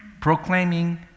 proclaiming